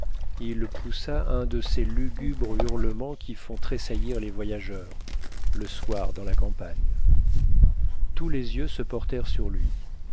il poussa un de ces lugubres hurlements qui font tressaillir les voyageurs le soir dans la campagne tous les yeux se portèrent sur lui